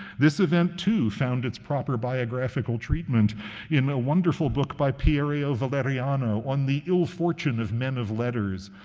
this event, too, found its proper biographical treatment in a wonderful book by pierio valeriano on the ill fortune of men of letters,